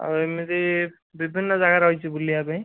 ଆଉ ଏମିତି ବିଭିନ୍ନ ଜାଗା ରହିଛି ବୁଲିବା ପାଇଁ